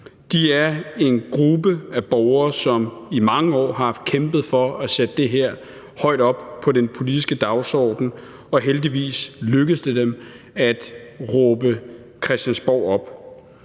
De er en gruppe af borgere, som i mange år har kæmpet for at sætte det her højt op på den politiske dagsorden, og heldigvis lykkedes det dem at råbe Christiansborg op.